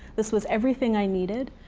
this was everything i needed.